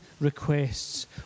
requests